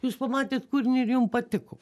jūs pamatėt kūrinį ir jum patiko